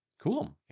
Cool